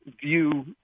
view